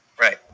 Right